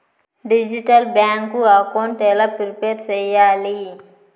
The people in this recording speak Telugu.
డిజిటల్ బ్యాంకు అకౌంట్ ఎలా ప్రిపేర్ సెయ్యాలి?